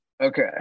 okay